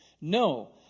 No